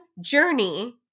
journey